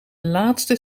laatste